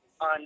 on